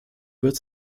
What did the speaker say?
wird